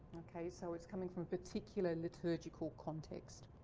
okay. so it's coming from a particular liturgical context.